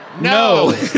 No